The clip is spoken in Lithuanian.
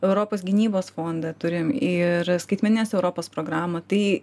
europos gynybos fondą turim ir skaitmeninės europos programą tai